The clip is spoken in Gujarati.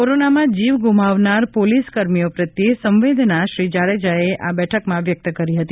કોરોનામાં જીવ ગુમાવનાર પોલીસ કર્મીઓ પ્રત્યે સંવેદના શ્રી જાડેજાએ આ બેઠકમાં વ્યક્ત કરી હતી